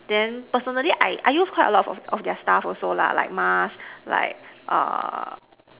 then personally I I use quite a lot of of their stuff also lah like mask like err